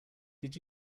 did